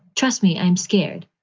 trust me, i'm scared.